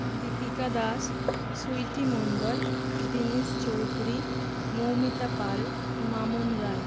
Deepika Das Sweety Mondal Dinesh Chowdhury Moumita Pal Mamon Roy